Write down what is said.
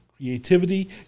Creativity